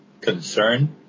concern